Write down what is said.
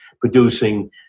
producing